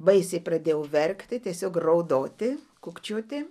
baisiai pradėjau verkti tiesiog raudoti kūkčioti